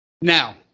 Now